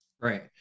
Right